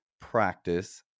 practice